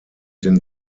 den